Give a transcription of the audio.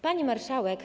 Pani Marszałek!